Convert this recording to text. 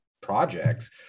projects